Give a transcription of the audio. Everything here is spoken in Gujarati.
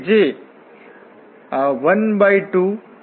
તેથી કારણ કે અહી માઈનસ y છે આપણી પાસે F1∂y 1 છે અને અહીં F2 એ x છે